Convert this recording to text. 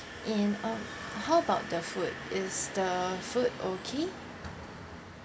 in um how about the food is the food okay